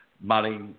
Money